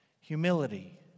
humility